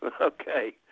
Okay